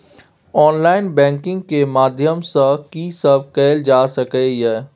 Online banking के माध्यम सं की सब कैल जा सके ये?